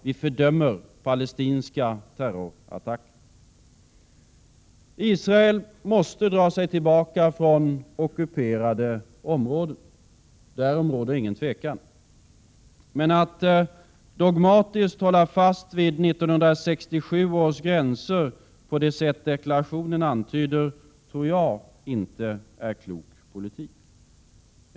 Vi fördömer palestinska terrorattacker. Israel måste dra sig tillbaka från ockuperade områden. Därom råder ingen tvekan. Men att dogmatiskt hålla fast vid 1967 års gränser, på det sätt deklarationen antyder, tror jag inte är klok politik.